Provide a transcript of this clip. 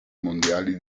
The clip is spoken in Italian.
mondiali